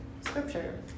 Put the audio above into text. scripture